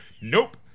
Nope